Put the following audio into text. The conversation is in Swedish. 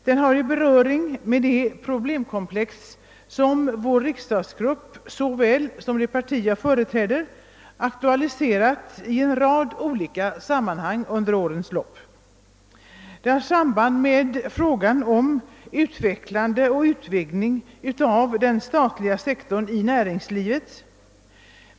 Den har beröring med det problemkomplex som vår riksdagsgrupp och det parti som jag företräder har aktualiserat i olika sammanhang under årens lopp, och den har även samband med frågan om utvecklande och utvidgning av den statliga sektorn i näringslivet.